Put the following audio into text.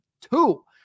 two